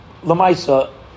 Lamaisa